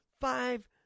five